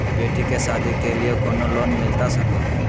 बेटी के सादी के लिए कोनो लोन मिलता सको है?